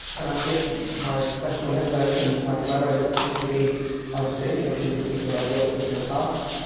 and i guess my professional networks and my collaborators tend to be overseas, they tend to be people that i've worked with in the past.